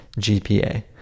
GPA